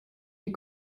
die